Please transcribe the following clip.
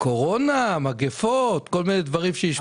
קורונה, מגפות, כל מיני דברים שהשפיעו.